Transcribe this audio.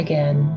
Again